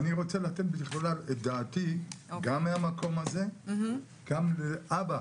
אני רוצה לתת את דעתי גם מהמקום הזה וגם כאבא